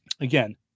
Again